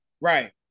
Right